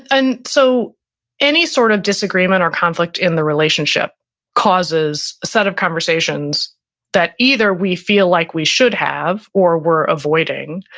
and so any sort of disagreement or conflict in the relationship causes a set of conversations that either we feel like we should have or we're avoiding.